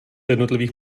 jednotlivých